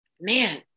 man